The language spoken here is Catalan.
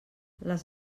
les